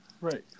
right